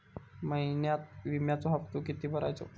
महिन्यात विम्याचो हप्तो किती भरायचो?